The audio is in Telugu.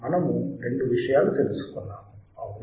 మనము రెండు విషయాలు తెలుసుకున్నాము అవునా